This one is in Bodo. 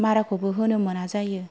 माराखौबो होनो मोना जायो